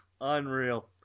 unreal